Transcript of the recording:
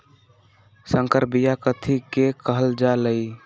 संकर बिया कथि के कहल जा लई?